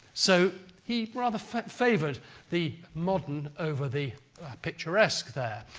so, he rather favoured the modern over the picturesque there.